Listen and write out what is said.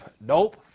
Nope